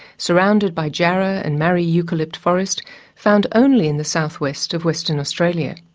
surrounded by jarrah and marri eucalypt forest found only in the southwest of western australia.